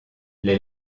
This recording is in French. les